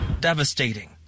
Devastating